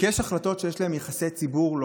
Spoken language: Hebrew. כי יש החלטות שיש להן יחסי ציבור לא